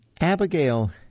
Abigail